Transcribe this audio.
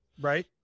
right